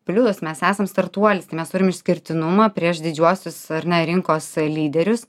plius mes esam startuolis tai mes turim išskirtinumą prieš didžiuosius ar ne rinkos lyderius